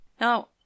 Now